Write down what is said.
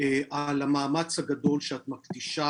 על המאמץ הגדול שאת מקדישה